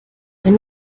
wenn